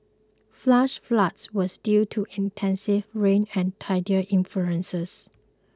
flash floods was due to intense rain and tidal influences